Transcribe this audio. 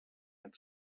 had